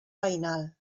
veïnal